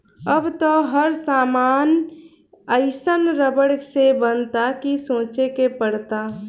अब त हर सामान एइसन रबड़ से बनता कि सोचे के पड़ता